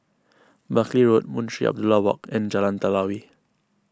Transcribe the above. Buckley Road Munshi Abdullah Walk and Jalan Telawi